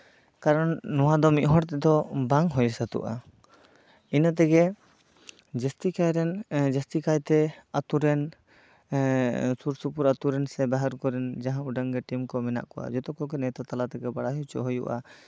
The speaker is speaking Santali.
ᱠᱟᱨᱚᱱ ᱱᱚᱣᱟ ᱫᱚ ᱢᱤᱫ ᱦᱚᱲ ᱛᱮᱫᱚ ᱵᱟᱝ ᱦᱩᱭ ᱥᱟᱹᱛᱟᱹᱜᱼᱟ ᱤᱱᱟᱹ ᱛᱮᱜᱮ ᱡᱟᱹᱥᱛᱤ ᱠᱟᱭᱨᱮᱱ ᱡᱟᱹᱥᱛᱤ ᱠᱟᱭᱛᱮ ᱟᱛᱳ ᱨᱮᱱ ᱥᱩᱨ ᱥᱩᱯᱩᱨ ᱟᱛᱳ ᱨᱮᱱ ᱥᱮ ᱵᱟᱦᱨᱮ ᱠᱚᱨᱮᱱ ᱡᱟᱦᱟᱸ ᱩᱰᱟᱹᱝ ᱜᱮ ᱴᱤᱢ ᱠᱚ ᱢᱮᱱᱟᱜ ᱠᱚᱣᱟ ᱡᱚᱛᱚ ᱠᱚᱜᱮ ᱱᱮᱣᱛᱟ ᱛᱟᱞᱟᱛᱮᱜᱮ ᱵᱟᱲᱟᱭ ᱦᱚᱪᱚ ᱦᱩᱭᱩᱜᱼᱟ